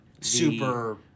super